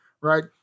right